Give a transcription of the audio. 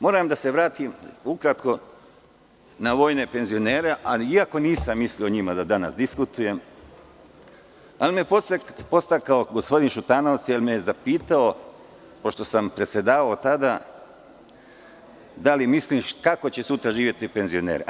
Moram da se vratim ukratko na vojne penzionere, iako nisam mislio o njima danas da diskutujem, ali me je podstakao gospodin Šutanovac, jer me je zapitao, pošto sam predsedavao tada, da li misliš kako će sutra živeti penzioneri?